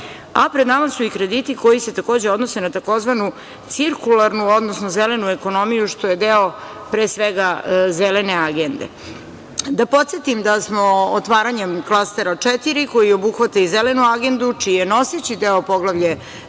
a pred nama su i krediti koji se takođe odnose na tzv. cirkularnu, odnosno zelenu ekonomiju, što je deo, pre svega zelene agende. Da podsetim da smo otvaranjem Klastera 4. koji obuhvata i zelenu agendu, čiji je noseći deo Poglavlje